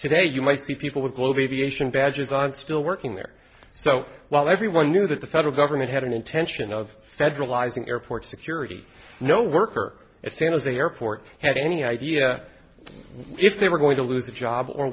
today you might be people with bloviation badges on still working there so while everyone knew that the federal government had an intention of federalizing airport security no worker as soon as the airport had any idea if they were going to lose a job or